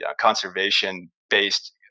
conservation-based